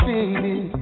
Baby